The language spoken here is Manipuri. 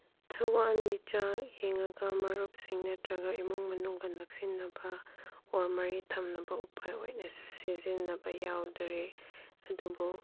ꯊꯋꯥꯟ ꯃꯤꯆꯥꯛ ꯌꯦꯡꯉꯒ ꯃꯔꯨꯞꯁꯤꯡ ꯅꯠꯇ꯭ꯔꯒ ꯏꯃꯨꯡ ꯃꯅꯨꯡꯒ ꯅꯛꯁꯤꯟꯅꯕ ꯑꯣꯔ ꯃꯔꯤ ꯊꯝꯅꯕ ꯎꯄꯥꯏ ꯑꯣꯏꯅ ꯁꯤꯖꯤꯟꯅꯕ ꯌꯥꯎꯗ꯭ꯔꯤ ꯑꯗꯨꯕꯨ